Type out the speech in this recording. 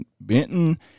Benton